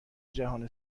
جهان